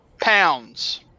pounds